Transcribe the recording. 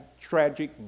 tragic